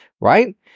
right